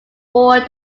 four